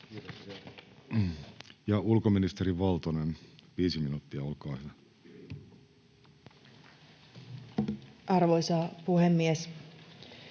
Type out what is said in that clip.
— Ja ulkoministeri Valtonen, viisi minuuttia, olkaa hyvä. Arvoisa puhemies!